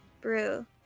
brew